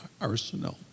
arsenal